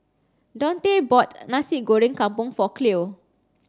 Daunte bought Nasi Goreng Kampung for Cleo